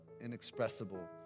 inexpressible